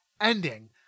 ending